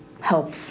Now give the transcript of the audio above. help